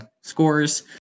scores